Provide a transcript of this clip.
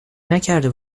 نکرده